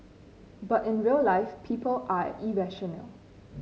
but in real life people are irrational